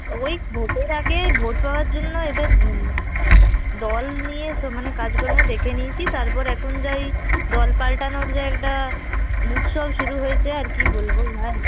ওই ভোটের আগে ভোট পাওয়ার জন্য এদের দল নিয়ে মানে সব কাজকর্ম দেখে নিয়েছি তারপর এখন যা এই দল পালটানোর যে একটা উৎসব শুরু হয়েছে আর কী বলব ভাই